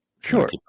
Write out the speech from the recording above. Sure